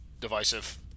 divisive